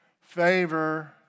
Favor